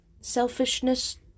selfishness